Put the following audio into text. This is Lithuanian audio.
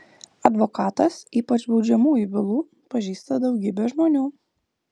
advokatas ypač baudžiamųjų bylų pažįsta daugybę žmonių